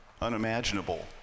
unimaginable